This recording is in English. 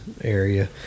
area